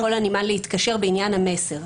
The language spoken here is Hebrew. יכול הנמען יכול להתקשר בעניין המסר.